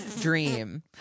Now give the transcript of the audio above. dream